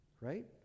Right